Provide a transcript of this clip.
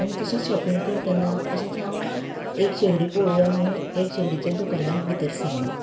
आनी तशेंच श्योपींग करतना अशेंच हांव एक शेगडी पळोवया म्हुणून एका शेगडीच्या दुकानांत भितर सरलें